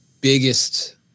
biggest